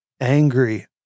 angry